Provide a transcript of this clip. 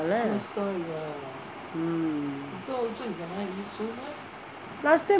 mm last time